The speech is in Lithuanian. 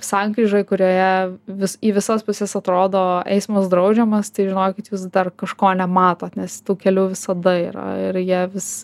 sankryžoj kurioje vis į visas puses atrodo eismas draudžiamas tai žinokit jūs dar kažko nematot nes tų kelių visada yra ir jie vis